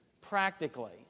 practically